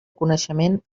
coneixement